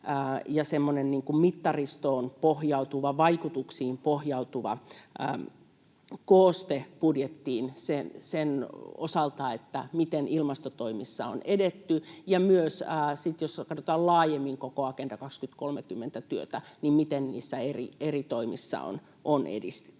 mittaristoon pohjautuva, vaikutuksiin pohjautuva, kooste budjettiin sen osalta, miten ilmastotoimissa on edetty, ja myös, jos katsotaan laajemmin koko Agenda 2030 -työtä, miten niissä eri toimissa on edistytty.